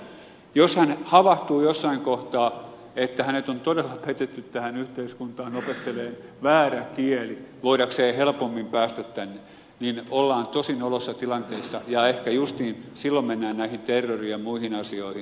jos ihminen havahtuu jossain kohtaa siihen että hänet on todella petetty tähän yhteiskuntaan opettelemaan väärä kieli jotta hän voisi helpommin päästä tänne niin ollaan tosi nolossa tilanteessa ja ehkä justiin silloin mennään näihin terrori ja muihin asioihin katkeruuteen